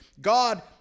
God